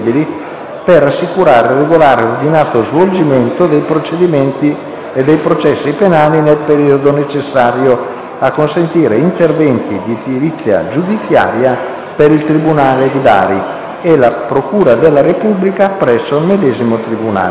per assicurare il regolare e ordinato svolgimento dei procedimenti e dei processi penali nel periodo necessario a consentire interventi di edilizia giudiziaria per il Tribunale di Bari e la Procura della Repubblica presso il medesimo tribunale»,